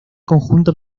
conjunto